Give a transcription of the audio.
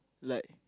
like